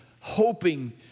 hoping